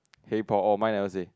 hey Paul oh mine never say